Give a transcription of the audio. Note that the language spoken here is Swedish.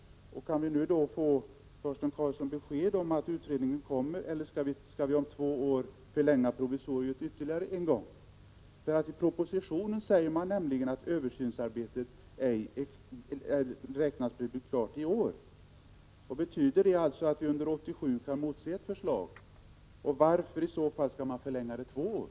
Kan vi, Torsten Karlsson, få besked om att utredningen kommer, eller skall provisoriet om två år förlängas ytterligare en gång? I propositionen står det nämligen att översynsarbetet ej beräknas bli klart i år. Betyder detta att vi under 1987 kan motse ett förslag? Varför skall man i så fall förlänga med två år?